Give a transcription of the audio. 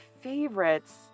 favorites